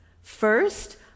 First